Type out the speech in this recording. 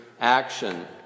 action